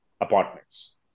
apartments